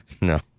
No